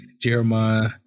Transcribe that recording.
Jeremiah